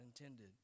intended